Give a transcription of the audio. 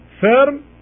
firm